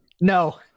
No